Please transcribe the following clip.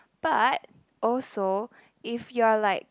but also if you're like